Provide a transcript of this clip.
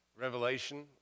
Revelation